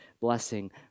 blessing